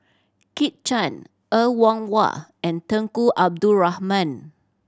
Kit Chan Er Wong Wah and Tunku Abdul Rahman